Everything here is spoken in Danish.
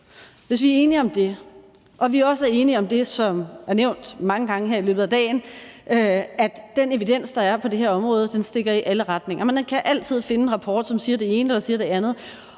Hvis vi er enige om det og vi også er enige om det, som er nævnt mange gange her i løbet af dagen, altså at den evidens, der er på det her område, stikker i alle retninger, hvad gør man så? Man kan altid finde en rapport, som siger det ene eller siger